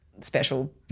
special